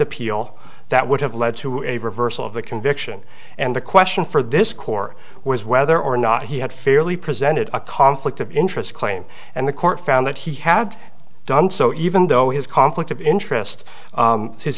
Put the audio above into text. appeal that would have led to a reversal of the conviction and the question for this core was whether or not he had fairly presented a conflict of interest claim and the court found that he had done so even though his conflict of interest